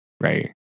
right